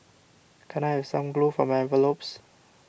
can I have some glue for my envelopes